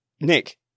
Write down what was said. Nick